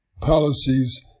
policies